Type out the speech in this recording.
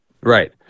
Right